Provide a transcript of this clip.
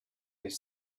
his